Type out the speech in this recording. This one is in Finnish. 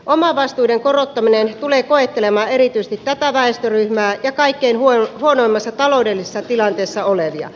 omavastuiden korottaminen tulee koettelemaan erityisesti tätä väestöryhmää ja kaikkein huonoimmassa taloudellisessa tilanteessa olevia